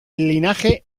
linaje